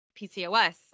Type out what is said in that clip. PCOS